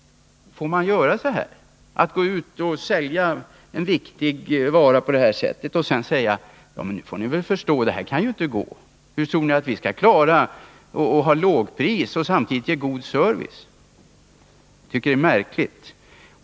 Får man göra så? Får man gå ut och sälja en viktig vara på det här sättet och sedan säga: Det får ni väl förstå att det här inte kan gå — hur tror ni vi skall kunna klara att ha låga priser och samtidigt ha god service? Jag tycker detta är märkligt.